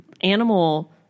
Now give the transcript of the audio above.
animal